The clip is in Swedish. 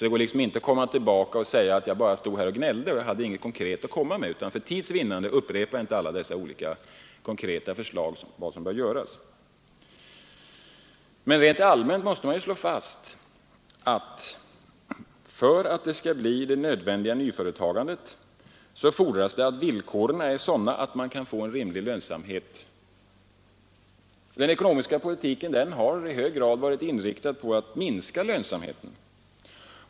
Det går inte att komma tillbaka i debatten och säga att jag bara stod och gnällde och inte hade något konkret att komma med. För tids vinnande upprepar jag inte alla dessa olika förslag om vad som bör göras. Rent allmänt måste slås fast att för att vi skall få till stånd nödvändigt nyföretagande fordras att villkoren är sådana att man kan få en rimlig lönsamhet. Den ekonomiska politiken har varit inriktad på att minska lönsamheten.